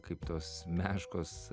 kaip tos meškos